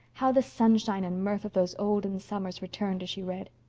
how the sunshine and mirth of those olden summers returned as she read.